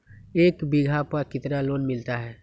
एक बीघा पर कितना लोन मिलता है?